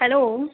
hello